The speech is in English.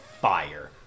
fire